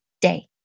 day